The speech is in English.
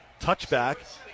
touchback